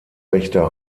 rechter